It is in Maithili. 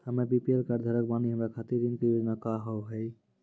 हम्मे बी.पी.एल कार्ड धारक बानि हमारा खातिर ऋण के योजना का होव हेय?